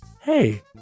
hey